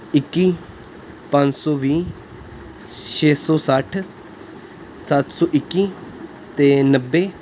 ਇੱਕੀ ਪੰਜ ਸੌ ਵੀਹ ਛੇ ਸੌ ਸੱਠ ਸੱਤ ਸੌ ਇੱਕੀ ਅਤੇ ਨੱਬੇ